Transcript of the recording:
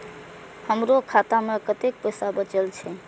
हमरो खाता में कतेक पैसा बचल छे?